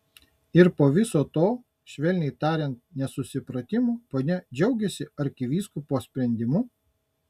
ir po viso to švelniai tariant nesusipratimo ponia džiaugiasi arkivyskupo sprendimu